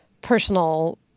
personal